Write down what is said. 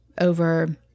over